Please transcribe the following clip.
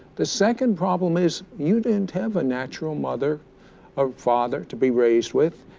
the second problem is you didn't have a natural mother or father to be raised with,